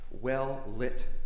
well-lit